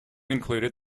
included